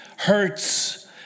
Hurts